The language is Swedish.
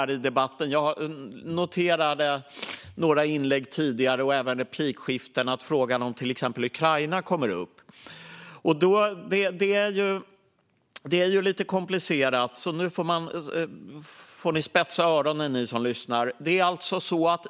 Jag har noterat i några inlägg tidigare och även i replikskiften här i debatten att frågan om till exempel Ukraina kommer upp. Det är lite komplicerat, så ni som lyssnar får spetsa öronen.